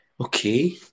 Okay